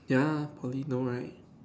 ya Poly no right